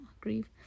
Grieve